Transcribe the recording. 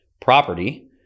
property